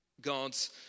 God's